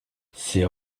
ses